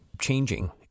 changing